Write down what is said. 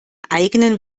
eigenen